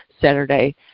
Saturday